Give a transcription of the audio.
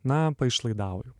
na paišlaidauju